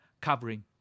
covering